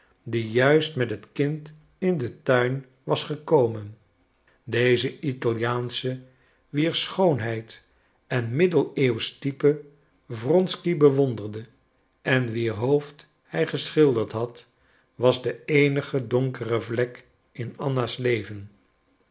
die juist met het kind in den tuin was gekomen deze italiaansche wier schoonheid en middeleeuwsch type wronsky bewonderde en wier hoofd hij geschilderd had was de eenige donkere vlek in anna's leven